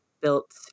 built